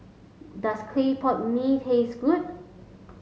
does Clay Pot Mee taste good